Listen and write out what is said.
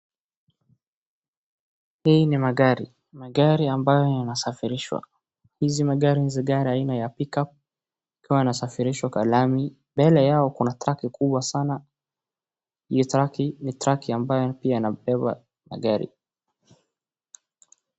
Hii ni magari, magari ambayo inasafirishwa. Hizi magari ni gari aina ya Pick-up ikiwa inasafirishwa kwa lami, mbele yako kuna cs[truck]cs kubwa sana na hii cs[truck] cs pia inabeba magari.